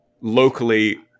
Locally